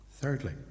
Thirdly